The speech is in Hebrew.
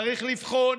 בחקלאות,